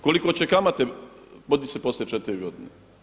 Koliko će kamate podići se poslije 4 godine?